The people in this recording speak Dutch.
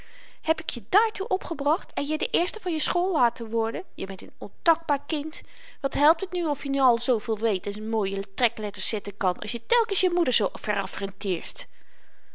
heb ik je daartoe opgebracht en je de eerste van je school laten worden je bent n ondankbaar kind wat helpt het nu of je n al zooveel weet en mooie trekletters zetten kan als je telkens je moeder zoo